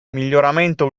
miglioramento